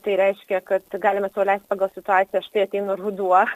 tai reiškia kad galima leisti pagal situaciją štai ateina ruduo